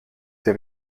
der